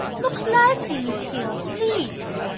look lively, miss hill, please.